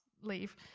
leave